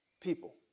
People